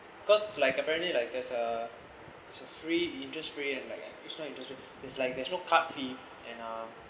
cause like apparently like there's a it's a free interest fee and like it's not interest fee it's like there's no card fee and uh